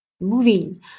moving